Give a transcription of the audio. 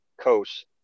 coach